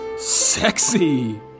SEXY